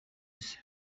nize